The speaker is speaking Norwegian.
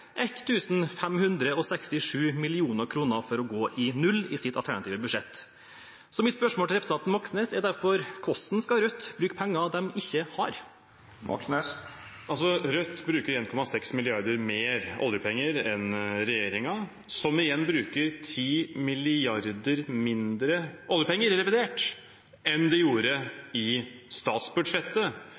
for å gå i null i sitt alternative budsjett. Mitt spørsmål til representanten Moxnes er derfor: Hvordan skal Rødt bruke penger de ikke har? Rødt bruker 1,6 mrd. kr mer oljepenger enn regjeringen, som igjen bruker 10 mrd. kr mindre oljepenger i revidert nasjonalbudsjett enn de gjorde i statsbudsjettet.